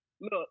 look